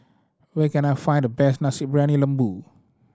where can I find the best Nasi Briyani Lembu